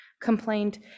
complained